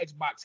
Xbox